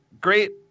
great